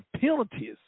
penalties